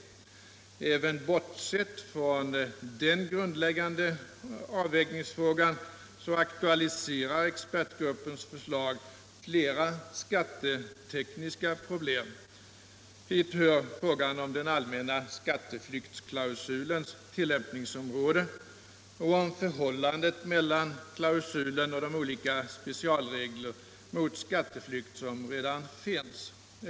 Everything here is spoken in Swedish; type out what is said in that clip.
Även bortsett från denna grundläggande avvägningsfråga aktualiserar expertgruppens förslag flera skattetekniska problem. Hit hör frågan om den allmänna skatteflyktsklausulens tillämpningsområde och om förhållandet mellan klausulen och de olika specialregler mot skatteflykt som redan finns.